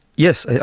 yes,